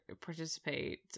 participate